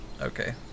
Okay